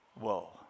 whoa